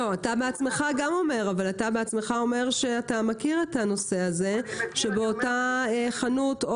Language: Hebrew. אבל אתה בעצמך אומר שאתה מכיר את הנושא הזה שבאותה חנות,